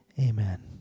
amen